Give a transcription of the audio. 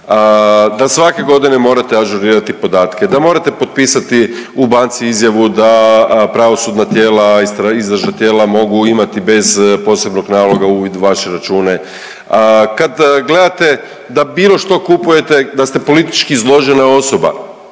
da svake godine morate ažurirati podatke, da morate potpisati u banci izjavu da pravosudna tijela, izvršna tijela mogu imati bez posebnog naloga uvid u vaše račune, kad gledate da bilo što kupujete, da ste politički izložena osoba,